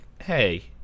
hey